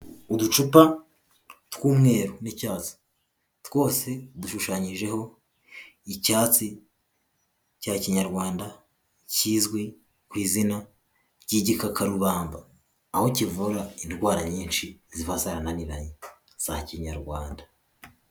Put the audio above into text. Uducupa tw'umweru ni'cyatsi twose dushushanyijeho icyatsi cya kinyarwanda kizwi ku izina ry'igikakarubamba aho kivura indwara nyinshi ziba zara naniranye za kinyarwanda.